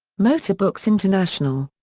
motorbooks international.